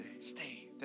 stay